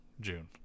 June